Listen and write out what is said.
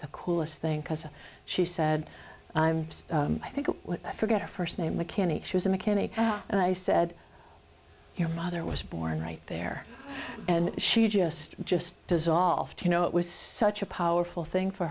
the coolest thing because she said i think i forgot her first name mechanic she was a mechanic and i said your mother was born right there and she just just dissolved you know it was such a powerful thing for